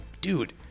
dude